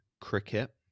cricket